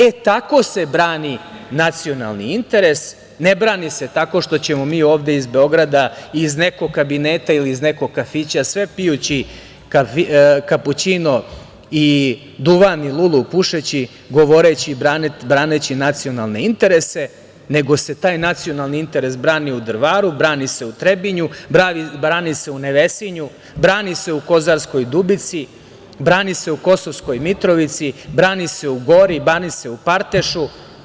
E, tako se brani nacionalni interes, ne brani se tako što ćemo mi ovde iz Beograda, iz nekog kabineta ili iz nekog kafića sve pijući kapućino i duvan i lulu pušeći, govoreći, braneći nacionalne interese, nego se taj nacionalni interes brani u Drvaru, brani se u Trebinju, brani se u Nevesinju, brani se Kozarskoj Dubici, brani se u Kosovskoj Mitrovici, brani se u Gori, brani se u Partešu.